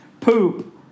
poop